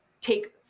take